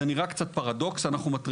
זה נראה קצת פרדוקס,